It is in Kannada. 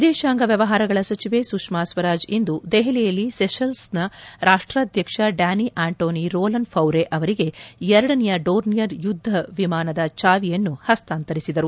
ವಿದೇಶಾಂಗ ವ್ಯವಹಾರಗಳ ಸಚಿವೆ ಸುಷ್ಮಾ ಸ್ವರಾಜ್ ಇಂದು ದೆಹಲಿಯಲ್ಲಿ ಸೆಶೆಲ್ಸ್ನ ರಾಷ್ಟಾಧ್ಯಕ್ಷ ಡ್ಯಾನಿ ಆಂಟೋನಿ ರೋಲನ್ ಫೌರೆ ಅವರಿಗೆ ಎರಡನೆಯ ಡೋರ್ನಿಯರ್ ಯುದ್ದ ವಿಮಾನದ ಚಾವಿಯನ್ನು ಹಸ್ತಾಂತರಿಸಿದರು